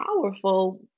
powerful